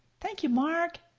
thank you mark.